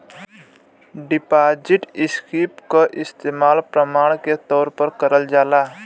deposit slip क इस्तेमाल प्रमाण के तौर पर करल जाला